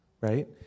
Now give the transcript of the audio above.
right